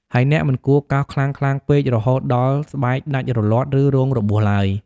ហើយអ្នកមិនគួរកោសខ្លាំងៗពេក រហូតដល់ស្បែកដាច់រលាត់ ឬរងរបួសឡើយ។